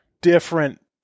different